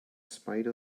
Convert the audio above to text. spite